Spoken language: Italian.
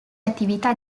attività